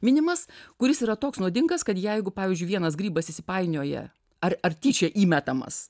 minimas kuris yra toks nuodingas kad jeigu pavyzdžiui vienas grybas įsipainioja ar ar tyčia įmetamas